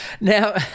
Now